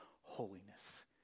holiness